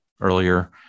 earlier